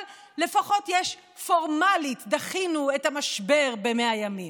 אבל לפחות פורמלית דחינו את המשבר ב-100 ימים.